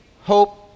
hope